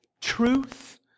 truth